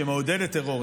שמעודדת טרור.